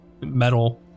metal